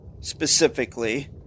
specifically